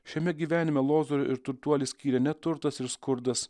šiame gyvenime lozorių ir turtuolį skyrė ne turtas ir skurdas